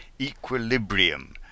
equilibrium